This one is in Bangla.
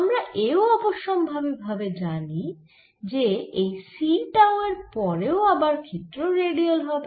আমরা এও অবশ্যম্ভাবী ভাবে জানি যে এই c টাউ এর পরেও আবার ক্ষেত্র রেডিয়াল হবে